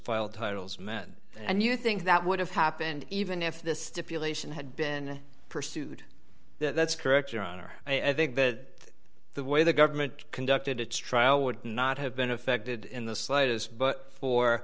filed titles men and you think that would have happened even if the stipulation had been pursued that's correct your honor i think that the way the government conducted its trial would not have been affected in the slightest but for